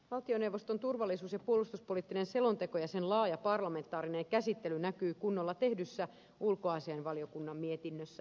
valtioneuvoston turvallisuus ja puolustuspoliittinen selonteko ja sen laaja parlamentaarinen käsittely näkyy kunnolla tehdyssä ulkoasiainvaliokunnan mietinnössä